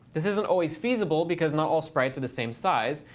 this isn't always feasible because not all sprites are the same size.